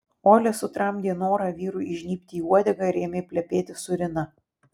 olia sutramdė norą vyrui įžnybti į uodegą ir ėmė plepėti su rina